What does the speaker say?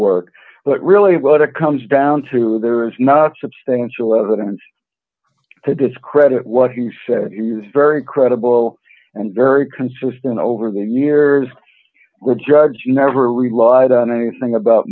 work but really what it comes down to there is not substantial evidence to discredit what he said very credible and very consistent over the years with drugs he never relied on anything about